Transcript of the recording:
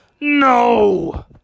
No